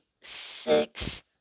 six